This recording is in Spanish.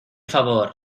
favor